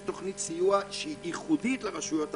תוכנית סיוע ייחודית לרשויות הערביות.